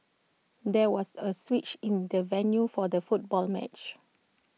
there was A switch in the venue for the football match